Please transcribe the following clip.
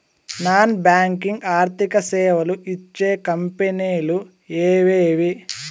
Non banking ఆర్థిక సేవలు ఇచ్చే కంపెని లు ఎవేవి?